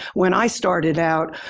when i started out,